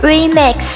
Remix